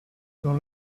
dans